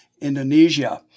Indonesia